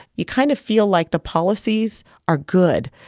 you kind of feel like the policies are good.